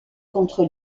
contre